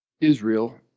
Israel